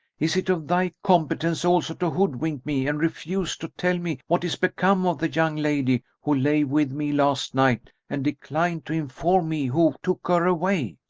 is it of thy competence also to hoodwink me and refuse to tell me what is become of the young lady who lay with me last night and decline to inform me who took her away?